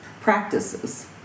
practices